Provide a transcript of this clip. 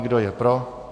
Kdo je pro?